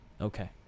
Okay